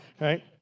right